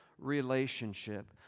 relationship